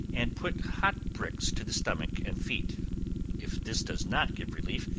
and put hot bricks to the stomach and feet if this does not give relief,